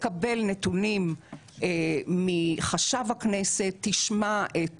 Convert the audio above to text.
תקבל נתונים מחשב הכנסת, תשמע את